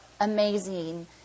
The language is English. amazing